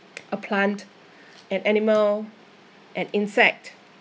a plant an animal an insect